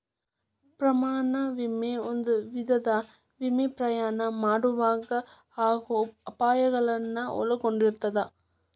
ಪ್ರಯಾಣ ವಿಮೆ ಒಂದ ವಿಧದ ವಿಮೆ ಪ್ರಯಾಣ ಮಾಡೊವಾಗ ಆಗೋ ಅಪಾಯಗಳನ್ನ ಒಳಗೊಂಡಿರ್ತದ